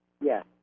Yes